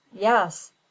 Yes